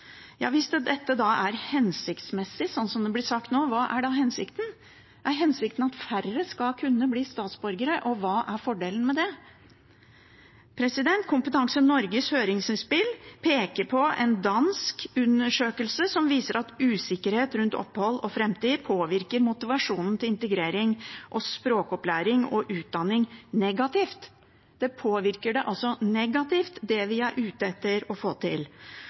Ja, hvis dette da er «hensiktsmessig», slik det blir sagt nå, hva er da hensikten? Er hensikten at færre skal kunne bli statsborgere, og hva er fordelen med det? Kompetanse Norges høringsinnspill peker på en dansk undersøkelse, som viser at usikkerhet om opphold og framtid påvirker motivasjonen til integrering og språkopplæring og utdanning negativt. Det påvirker det altså negativt, det vi er ute etter å få til.